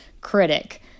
critic